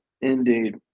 indeed